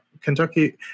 Kentucky